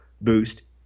boost